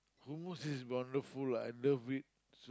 hormones is wonderful lah I love it